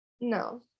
No